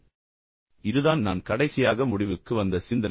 இதைப் பாருங்கள் இதுதான் நான் கடைசியாக முடிவுக்கு வந்த சிந்தனை